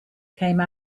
came